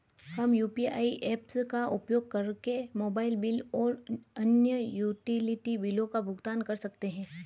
हम UPI apps का उपयोग करके मोबाइल बिल और अन्य यूटिलिटी बिलों का भुगतान कर सकते हैं